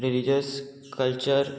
religious culture